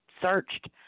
searched